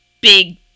big